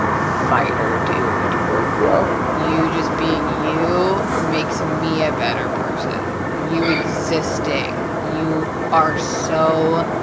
fighter, dude. thank you. you just being you makes me a better person. you existing, you are so,